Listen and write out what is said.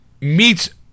meets